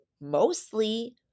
mostly –